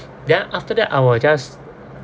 then after that I will just